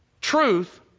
truth